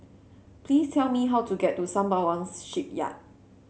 please tell me how to get to Sembawang Shipyard